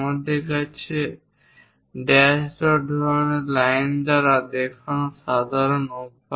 আমাদের কাছে এটি ড্যাশ ডট ধরণের লাইন দ্বারা দেখানো সাধারণ অভ্যাস